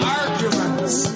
arguments